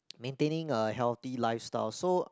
maintaining a healthy lifestyle so